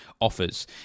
offers